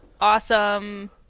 awesome